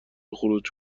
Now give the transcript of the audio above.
خروج